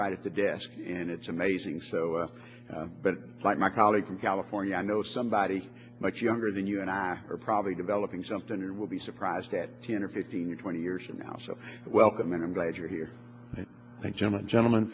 right at the desk and it's amazing so but like my colleague from california i know somebody much younger than you and i are probably developing something you will be surprised at ten or fifteen or twenty years from now so welcome and i'm glad you're here thanks so much gentleman